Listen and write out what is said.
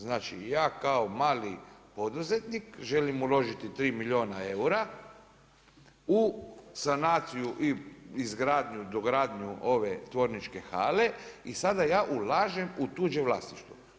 Znači ja kao mali poduzetnik želim uložiti tri milijuna eura u sanaciju i izgradnju, dogradnju ove tvorničke hale i sada ja ulažem u tuđe vlasništvo.